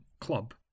club